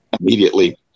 immediately